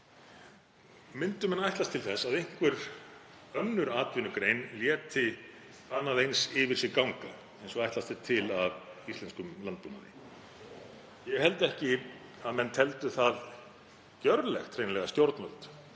Myndu menn ætlast til þess að einhver önnur atvinnugrein léti annað eins yfir sig ganga eins og ætlast er til af íslenskum landbúnaði? Ég held ekki að stjórnvöld teldu það hreinlega gerlegt